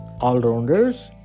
all-rounders